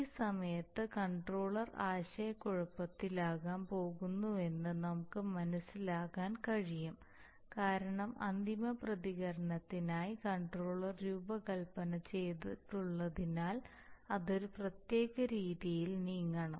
ഈ സമയത്ത് കൺട്രോളർ ആശയക്കുഴപ്പത്തിലാകാൻ പോകുന്നുവെന്ന് നമുക്ക് മനസിലാക്കാൻ കഴിയും കാരണം അന്തിമ പ്രതികരണത്തിനായി കൺട്രോളർ രൂപകൽപ്പന ചെയ്തിട്ടുള്ളതിനാൽ അത് ഒരു പ്രത്യേക രീതിയിൽ നീങ്ങണം